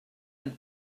and